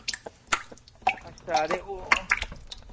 अच्छा ते ओह्